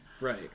Right